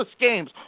games